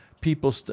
people